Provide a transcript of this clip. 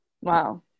wow